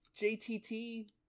JTT